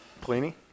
Pliny